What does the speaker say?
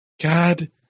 God